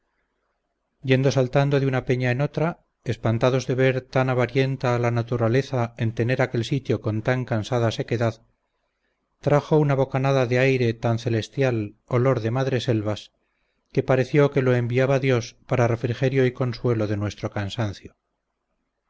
yendo saltando de una peña en otra espantados de ver tan avarienta a la naturaleza en tener aquel sitio con tan cansada sequedad trajo una bocanada de aire tan celestial olor de madres selvas que pareció que lo enviaba dios para refrigerio y consuelo de nuestro cansancio